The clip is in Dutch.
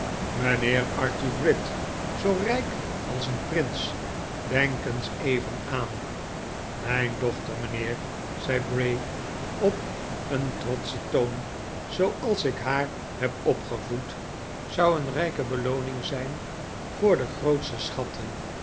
mijnheer arthur gride zoo rijk als een prins denk eens even aan mijn dochter mijnheer zei bray op een trotschen toon zooals ik haar heb opgevoed zou een rijke belooning zijn voor de grootste schatten